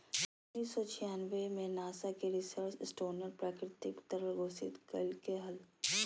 उन्नीस सौ छियानबे में नासा के रिचर्ड स्टोनर प्राकृतिक तरल घोषित कइलके हल